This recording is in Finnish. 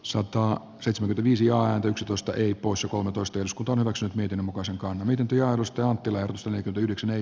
sota sesonki viisi ja yksitoista yip usa kolmetoista jos kotona maksut niiden mukaan selkoa miten työ alusta on tilaa kutsuneet yhdeksän eli